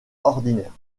ordinaire